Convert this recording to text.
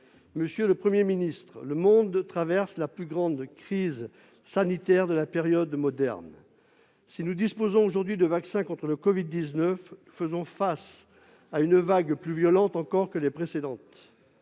Monsieur le Premier ministre, le monde traverse la plus grande crise sanitaire de la période moderne. Si nous disposons aujourd'hui de vaccins contre le covid-19, nous faisons face à une vague plus violente encore que les précédentes.